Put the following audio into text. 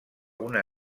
una